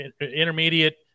intermediate